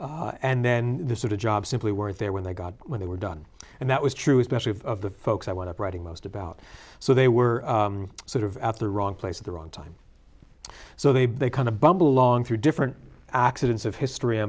era and then the sort of jobs simply weren't there when they got when they were done and that was true especially of the folks i want to write in most about so they were sort of at the wrong place at the wrong time so they they kind of bumble along through different accidents of history